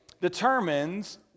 determines